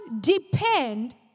depend